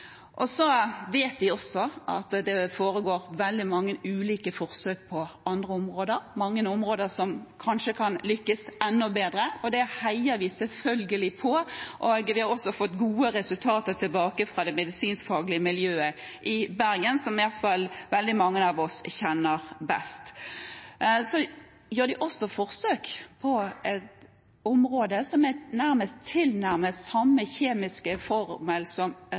vet også at det foregår veldig mange ulike forsøk på andre områder. Det er mange områder hvor en kanskje kan lykkes enda bedre. Det heier vi selvfølgelig på. Vi har også fått gode resultater tilbake fra det medisinsk-faglige miljøet i Bergen, som i alle fall veldig mange av oss kjenner best. Så gjør de også forsøk på et stoff som har tilnærmet den samme kjemiske formel som